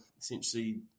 essentially